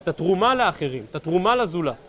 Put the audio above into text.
תתרומה לאחרים, תתרומה לזולת